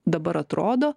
dabar atrodo